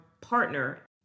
partner